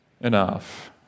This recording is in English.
enough